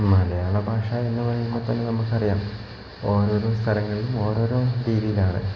മലയാള ഭാഷ എന്ന് പറയുമ്പം തന്നെ നമുക്ക് അറിയാം ഓരോരോ സ്ഥലങ്ങളിലും ഓരോരോ രീതിയിലാണ്